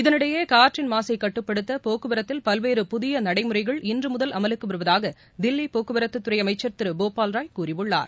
இதனிடையே காற்றின் மாசை கட்டுப்படுத்த போக்குவரத்தில் பல்வேறு புதிய நடைமுறைகள் இன்று முதல் அமலுக்கு வருவதாக தில்வி போக்குவரத்துத் துறை அமைச்சர் திரு போபால்ராய் கூறியுள்ளார்